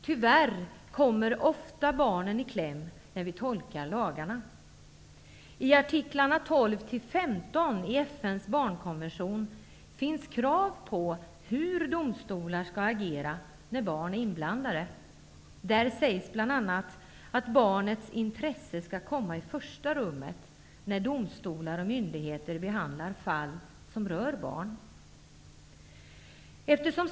Tyvärr kommer ofta barnen i kläm när lagar tolkas. I artiklarna 12--15 i FN:s barnkonvention finns krav på hur domstolar skall agera när barn är inblandade. Det sägs bl.a. att barnets intresse skall komma i första rummet när domstolar och myndigheter behandlar fall som rör barn.